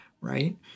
right